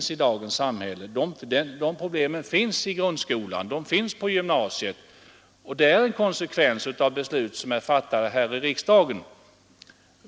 De problem som finns i grundskolan och på gymnasiet, är konsekvenser av de beslut som är fattade här i riksdagen.